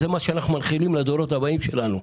גם כי זה מה שאנחנו מנחילים לדורות הבאים שלנו.